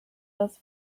das